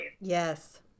Yes